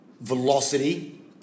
velocity